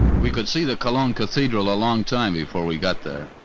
we could see the cologne cathedral a long time before we got there.